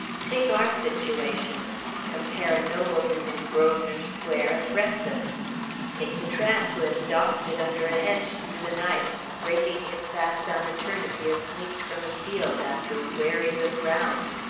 take our situation compare a noble man in grosvenor square at breakfast take the tramp who has dossed it under a hedge through the night breaking his fast on a turnip he has sneaked from a field after a wary look round.